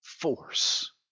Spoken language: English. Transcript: force